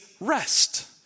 rest